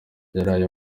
yaraye